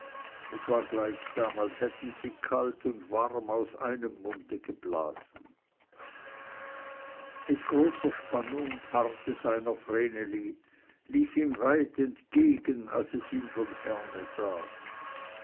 es war gleichsam als hätten sie kalt und warm aus einem munde geblasen mit großer spannung harrte seiner vreneli lief ihm weit entgegen als es ihn von ferne sah